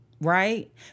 right